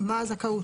מה הזכאות?